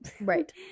Right